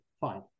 fine